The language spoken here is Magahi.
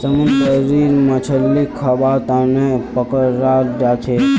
समुंदरी मछलीक खाबार तनौ पकड़ाल जाछेक